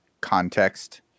context